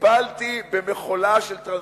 טיפלתי במכולה של טרנזיסטורים.